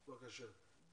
בבקשה.